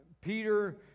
Peter